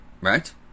Right